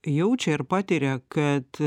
jaučia ir patiria kad